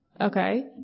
okay